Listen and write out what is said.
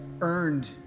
earned